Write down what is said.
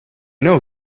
know